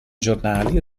giornali